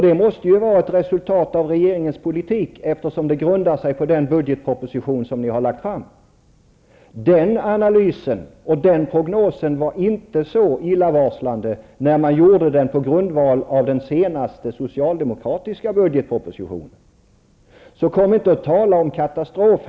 Det måste vara ett resultat av regeringens politik, eftersom den grundar sig på den budgetproposition som har lagts fram. Den prognosen var inte så illavarslande när den gjordes på grundval av den senaste socialdemokratiska budgetpropositionen. Kom därför inte och tala om katastrof!